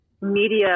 media